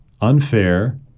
Unfair